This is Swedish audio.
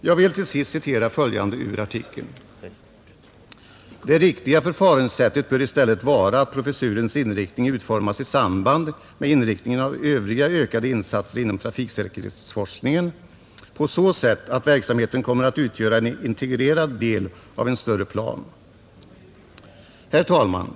Till sist vill jag citera följande ur artikeln: ”Det riktiga förfaringssättet bör i stället vara att professurens inriktning utformas i samband med inriktningen av övriga ökade insatser inom trafiksäkerhetsforskningen på så sätt att verksamheten kommer att utgöra en integrerad del av en större plan.” Herr talman!